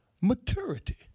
Maturity